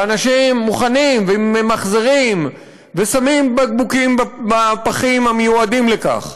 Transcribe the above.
ואנשים מוכנים וממחזרים ושמים בקבוקים בפחים המיועדים לכך.